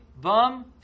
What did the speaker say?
Bum